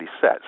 set